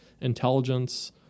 intelligence